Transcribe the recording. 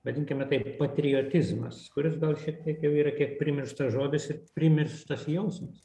vadinkime taip patriotizmas kuris gal šiek tiek jau yra kiek primirštas žodis ir primirštas jausmas